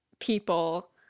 people